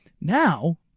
Now